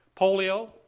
Polio